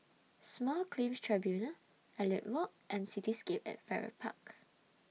Small Claims Tribunals Elliot Walk and Cityscape At Farrer Park